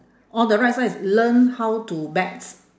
on the right side is learn how to bets